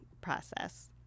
process